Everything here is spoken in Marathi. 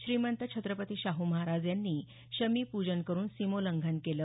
श्रीमंत छत्रपती शाहू महाराज यांनी शमी पूजन करुन सीमोछंघन केलं